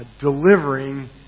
delivering